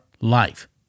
life